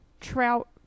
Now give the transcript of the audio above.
Trout